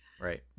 right